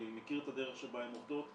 אני מכיר את הדרך שבה היא עובדת,